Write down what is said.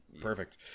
Perfect